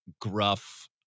gruff